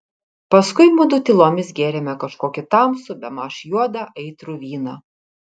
paskui mudu tylomis gėrėme kažkokį tamsų bemaž juodą aitrų vyną